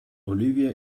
olivia